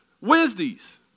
Wednesdays